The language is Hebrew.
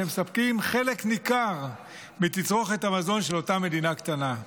שמספקים חלק ניכר מתצרוכת המזון של אותה מדינה קטנה.